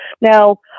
Now